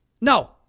No